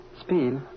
Speed